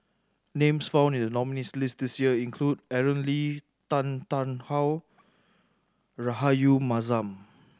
names found in the nominees' list this year include Aaron Lee Tan Tarn How Rahayu Mahzam